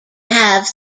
have